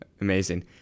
Amazing